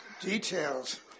details